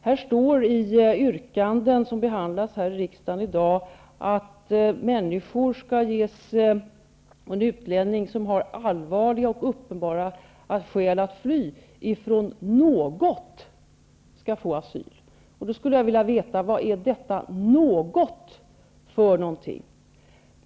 I yrkanden av Ny demokrati vilka behandlas i riksdagen i dag står: '' utlänningar som har allvarliga och uppenbara skäl att fly från något --'' skall få asyl. Jag skulle vilja veta vad detta något är för någonting.